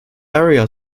area